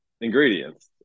ingredients